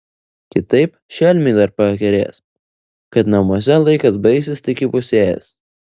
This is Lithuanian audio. kitaip šelmiai dar pakerės kad namuose laikas baigsis tik įpusėjęs